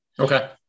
Okay